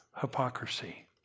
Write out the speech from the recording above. hypocrisy